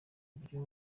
buryo